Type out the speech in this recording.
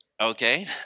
Okay